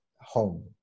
home